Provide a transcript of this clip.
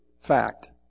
fact